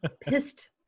pissed